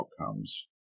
outcomes